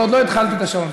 עוד לא התחלתי את השעון,